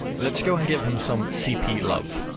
let's go and give him some cp love.